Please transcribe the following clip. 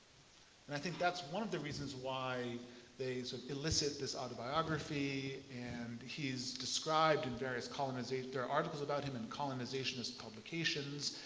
and i think that's one of the reasons why they illicit this autobiography and he's described in various colonization there are articles about him in colonizationist publications